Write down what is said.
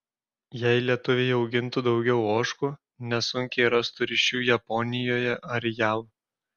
jei lietuviai augintų daugiau ožkų nesunkiai rastų ryšių japonijoje ar jav